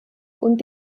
und